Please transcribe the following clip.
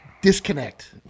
disconnect